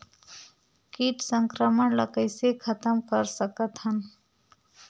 कीट संक्रमण ला कइसे खतम कर सकथन?